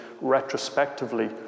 retrospectively